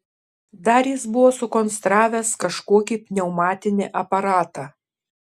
dar jis buvo sukonstravęs kažkokį pneumatinį aparatą